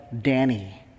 Danny